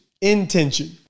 Intention